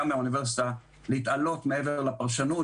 גם מהאוניברסיטה להתעלות מעבר לפרשנות